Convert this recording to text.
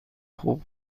خوب